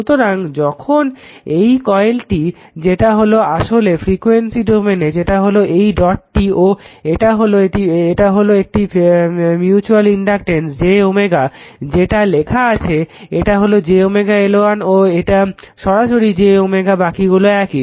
সুতরাং যখনই এই কয়েলটি যেটা হলো আসলে ফ্রিকুয়েন্সি ডোমেনে যেটা হলো এই ডটটি ও এটা হলো একটি মিউচুয়াল রিঅ্যাকটেন্স j M যেটা এখানে লেখা আছে এটা হলো j L1 ও এটা সরাসরি j বাকিগুলি একই